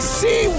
see